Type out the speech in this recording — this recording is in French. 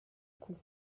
coup